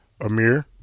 Amir